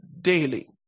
daily